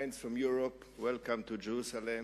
to Jerusalem.